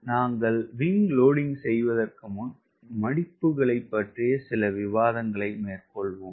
நாங்கள் wing loading செய்வதற்கு முன் பிலாப்ஸ் பற்றி சில விவாதங்களை மேற்கொள்வோம்